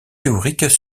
théoriques